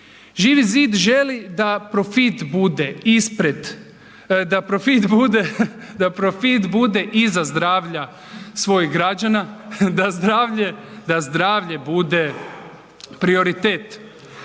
Živi zid želi da profit bude ispred, da profit bude iza zdravlja svojih građana, da zdravlje bude prioritet.